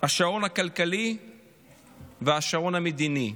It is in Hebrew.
השעון הכלכלי והשעון המדיני.